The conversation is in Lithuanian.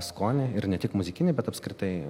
skonį ir ne tik muzikinį bet apskritai